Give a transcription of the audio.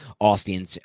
Austin